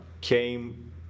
came